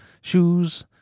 shoes –